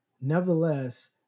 Nevertheless